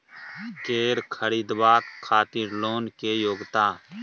कैर खरीदवाक खातिर लोन के योग्यता?